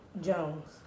Jones